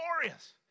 Glorious